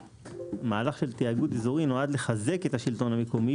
שמהלך של תאגוד אזורי נועד לחזק את השלטון המקומי.